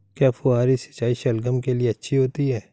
क्या फुहारी सिंचाई शलगम के लिए अच्छी होती है?